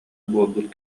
буолбут